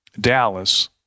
Dallas